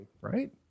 right